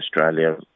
Australia